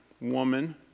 woman